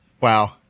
wow